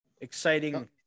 exciting